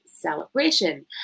Celebration